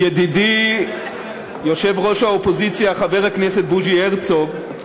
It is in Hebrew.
ידידי יושב-ראש האופוזיציה חבר הכנסת בוז'י הרצוג,